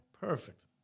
Perfect